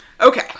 Okay